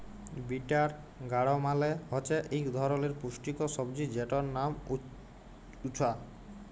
bitter গাড় মালে হছে ইক ধরলের পুষ্টিকর সবজি যেটর লাম উছ্যা